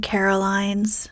Carolines